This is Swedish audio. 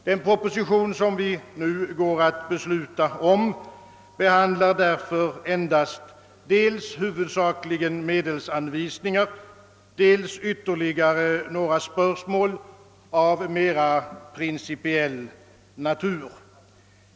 Den proposition, som vi nu går att besluta om, behandlar därför endast dels huvudsakligen medelsanvisningar, dels ytterligare några spörsmål av mera principiell natur.